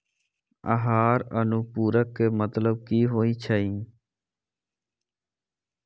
आहार अनुपूरक के मतलब की होइ छई?